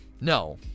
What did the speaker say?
no